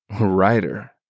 writer